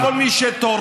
לא כל מי שתורם.